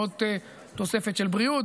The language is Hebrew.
הוצאות תוספת של בריאות,